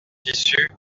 issus